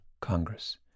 Congress